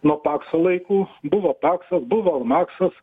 nuo pakso laikų buvo paksas buvo maksas